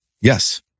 Yes